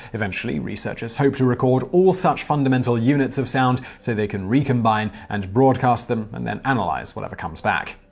eventually, researchers hope to record all such fundamental units of sound so they can recombine and broadcast them and then analyze whatever comes back.